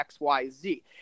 XYZ